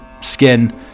skin